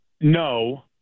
no